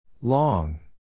Long